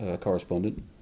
correspondent